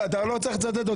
אתה לא צריך לצטט אותי.